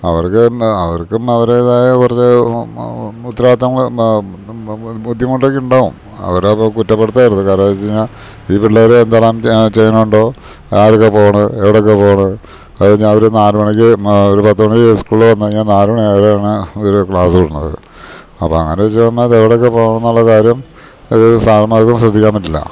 അവർക്ക് അവർക്കും അവരേതായ കുറച്ച് മുത്തരാതിത്തങ്ങളും ബുദ്ധിമുട്ടൊക്കെ ഉണ്ടാവും അവരെ അപ്പം കുറ്റപ്പെടുത്തരുത് കാരണന്ന്ച്ച്ഴിഞ്ഞാൽ ഈ പിള്ളേർ എന്തെല്ലാം ചെയ്യണുണ്ടോ ആരൊക്കെ പോണ് എവിടൊക്കെ പോണ് അതഴിഞ്ഞാ അവർ നാല് മണിക്ക് ഒരു പത്ത് മണിക്ക് സ്കൂളിൽ വന്ന കഴിഞ്ഞാൽ നാല് മണി ആയാലാണ് ഇവർ ക്ലാസ് വിടണത് അപ്പം അങ്ങനെവച്ച് പറഞ്ഞ അതെവിടൊക്കെ പോണന്നൊള്ള കാര്യം ഇത് സാർന്മാർക്കും ശ്രദ്ധിക്കാൻ പറ്റില്ല